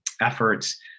efforts